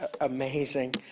amazing